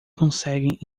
conseguem